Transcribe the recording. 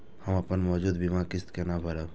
हम अपन मौजूद बीमा किस्त केना भरब?